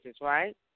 right